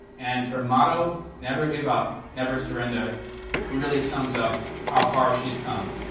and her motto never give up, never surrender really sums up how far she's come.